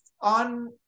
on